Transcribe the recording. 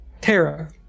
Terra